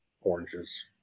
oranges